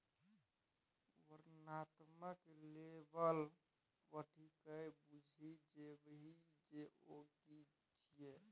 वर्णनात्मक लेबल पढ़िकए बुझि जेबही जे ओ कि छियै?